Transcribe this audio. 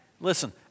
Listen